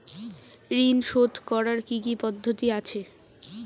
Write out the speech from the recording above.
ঋন শোধ করার কি কি পদ্ধতি আছে?